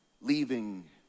leaving